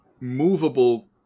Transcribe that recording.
movable